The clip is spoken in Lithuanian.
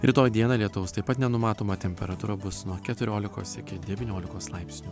rytoj dieną lietaus taip pat nenumatoma temperatūra bus nuo keturiolikos iki devyniolikos laipsnių